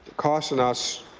costing us,